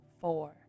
four